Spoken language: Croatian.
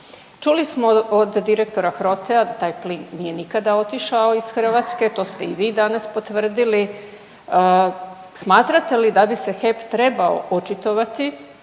Čuli smo od direktora HROTE-a da taj plin nije nikada otišao iz Hrvatske, to ste i vi danas potvrdili. Smatrate li da bi se HEP trebao očitovati